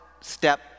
step